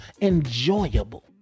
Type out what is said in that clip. enjoyable